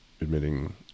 admitting